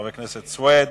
חבר הכנסת סוייד?